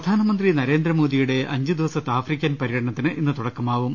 പ്രധാനമന്ത്രി നരേന്ദ്രമോദിയുടെ അഞ്ച്ദിവസത്തെ ആഫ്രി ക്കൻ പര്യടനത്തിന് ഇന്ന് തുടക്കമാകും